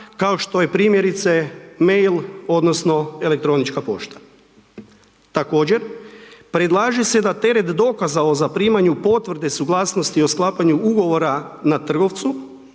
kao što je primjerice mail odnosno elektronička pošta. Također, predlaže se da teret dokaza o zaprimanju potvrde suglasnosti o sklapanju ugovora na trgovcu,